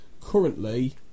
currently